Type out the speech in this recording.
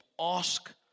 Ask